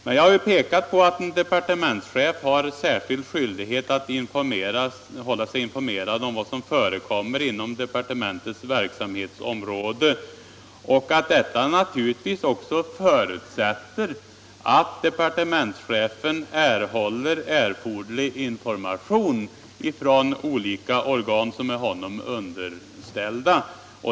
Men jag vill peka på att en departementschef har särskild skyldighet att hålla sig informerad om vad som förekommer inom departementets verksamhetsområde, och att detta naturligtvis också förutsätter att departementschefen erhåller erforderlig information från olika organ som är honom underställda.